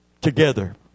together